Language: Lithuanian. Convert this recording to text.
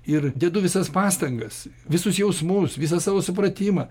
ir dedu visas pastangas visus jausmus visą savo supratimą